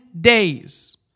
days